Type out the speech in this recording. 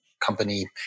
company